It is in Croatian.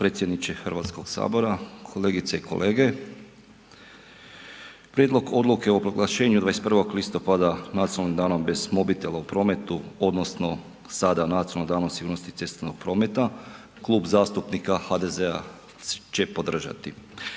Potpredsjedniče Hrvatskoga sabora, kolegice i kolege, Prijedlog odluke o proglašenju 21. listopada Nacionalnim danom bez mobitela u prometu, odnosno sada Nacionalnog dana sigurnosti cestovnog prometa Klub zastupnika HDZ-a će podržati.